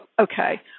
okay